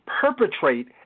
perpetrate